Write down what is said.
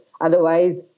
Otherwise